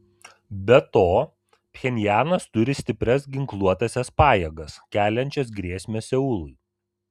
be to pchenjanas turi stiprias ginkluotąsias pajėgas keliančias grėsmę seului